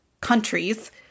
countries